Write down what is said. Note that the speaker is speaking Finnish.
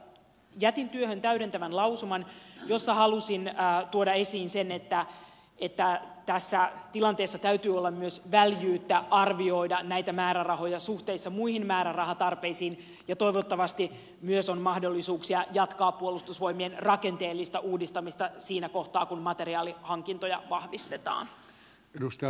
jätin työhön täydentävän lausuman jossa halusin tuoda esiin sen että tässä tilanteessa täytyy olla myös väljyyttä arvioida näitä määrärahoja suhteessa muihin määrärahatarpeisiin ja toivottavasti myös on mahdollisuuksia jatkaa puolustusvoimien rakenteellista uudistamista siinä kohtaa kun materiaalihankintoja vahvistetaan